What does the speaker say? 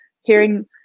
Hearing